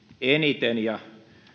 eniten ja